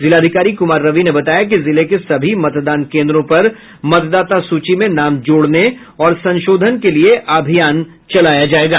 जिलाधिकारी कुमार रवि ने बताया कि जिले के सभी मतदान केंद्रों पर मतदाता सूची में नाम जोड़ने और संशोधन के लिये अभियान चलाया जायेगा